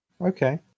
Okay